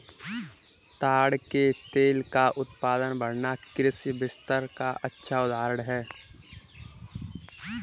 ताड़ के तेल का उत्पादन बढ़ना कृषि विस्तार का अच्छा उदाहरण है